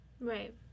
Right